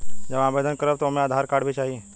जब हम आवेदन करब त ओमे आधार कार्ड भी चाही?